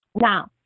now